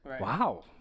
wow